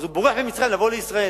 אז הוא בורח ממצרים לישראל.